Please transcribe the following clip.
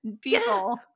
people